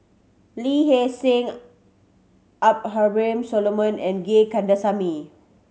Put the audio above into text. Lee Hee Seng Abraham Solomon and Gay Kandasamy